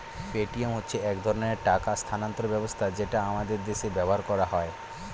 Paytm হচ্ছে এক ধরনের টাকা স্থানান্তর ব্যবস্থা যেটা আমাদের দেশে ব্যবহার করা হয়